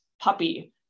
puppy